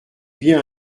bien